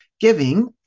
giving